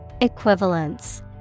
Equivalence